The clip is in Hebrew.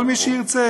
כל מי שירצה,